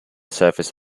surface